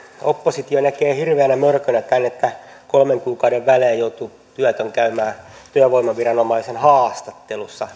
oppositio näkee hirveänä mörkönä tämän että kolmen kuukauden välein joutuu työtön käymään työvoimaviranomaisen haastattelussa